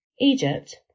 Egypt